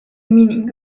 meaning